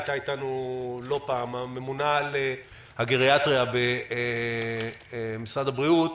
הממונה על הגריאטריה במשרד הבריאות